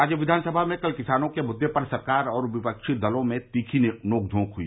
राज्य विधानसभा में कल किसानों के मुद्दे पर सरकार और विपक्षी दलों में तीखी नोक झोंक हुई